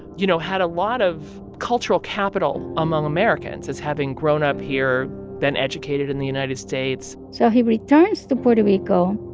you know, had a lot of cultural capital among americans as having grown up here and educated in the united states so he returns to puerto rico,